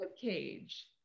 cage